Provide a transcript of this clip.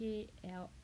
K L